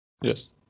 Yes